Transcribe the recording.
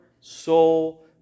soul